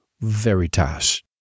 Veritas